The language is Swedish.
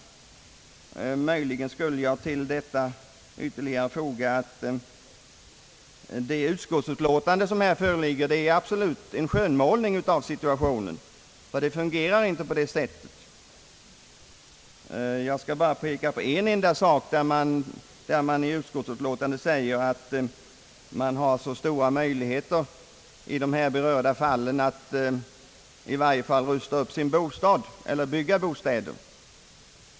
Möjligen skulle jag till dem ytterligare kunna foga att det utlåtande som här föreligger absolut är en skönmålning av situationen, ty bestämmelserna tillämpas inte på det sättet. Jag skall bara peka på en enda sak. Man säger i utlåtandet att vederbörande i de här berörda fallen har stora möjligheter att i varje fall rusta upp sin bostad eller bygga nya bostäder.